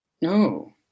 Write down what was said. No